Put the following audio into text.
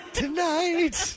tonight